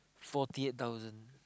forty eight thousand